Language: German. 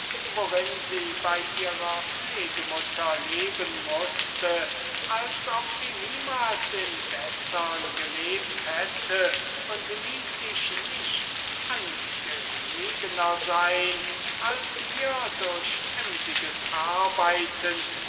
worin sie bei ihrer pflegmutter leben mußte als ob sie niemals in bessern gelebt hätte und ließ sich nichts angelegner sein als ihr durch emsiges arbeiten